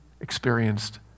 experienced